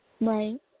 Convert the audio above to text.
right